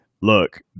look